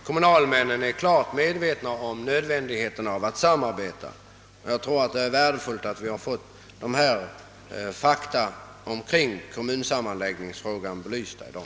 Kommunmedlemmarna är klart medvetna om nödvändigheten av att samarbeta och önskar detta. Jag tror att det är värdefullt att vi har fått dessa fakta kring kommunsammanläggningsfrågorna belysta i dag.